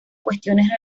cuestiones